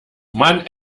man